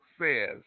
says